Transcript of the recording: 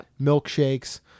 milkshakes